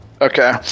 Okay